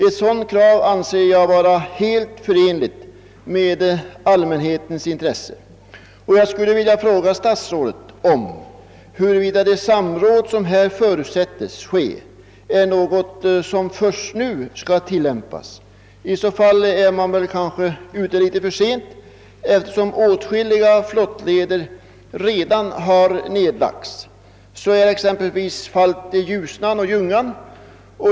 Ett sådant krav anser jag vara helt förenligt med allmänhetens intresse. Jag skulle vilja fråga statsrådet, om det samråd som här förutsetts ske är något som först nu skall tillämpas. I så fall är man kanske ute litet för sent, eftersom åtskilliga flottleder redan har nedlagts. Så är exempelvis fallet i Ljusnan och Ljungan.